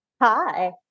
Hi